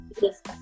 Yes